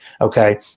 Okay